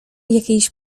jakiejś